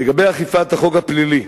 לגבי אכיפת החוק הפלילי,